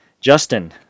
Justin